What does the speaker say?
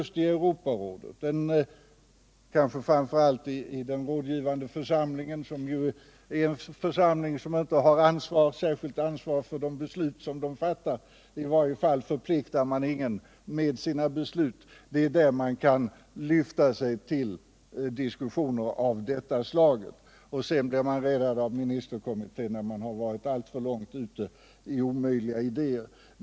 Det är just där, och kanske framför allt i dess rådgivande församling, vars beslut inte är förpliktande för någon part, som man kan lyfta sig till diskussioner av detta slag. Sedan blir man räddad av ministerkommittén, när man har varit alltför långt ute i omöjliga idéer.